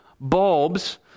bulbs